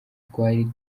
twari